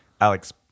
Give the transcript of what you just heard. Alex